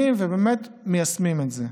מתקדמים ומיישמים את זה.